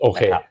Okay